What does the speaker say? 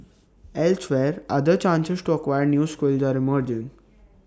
elsewhere other chances to acquire new skills are emerging